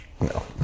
no